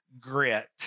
grit